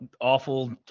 awful